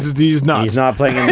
he's nuts not playing and